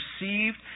received